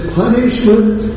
punishment